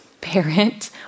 parent